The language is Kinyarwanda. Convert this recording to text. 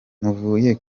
mvuye